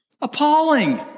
Appalling